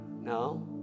No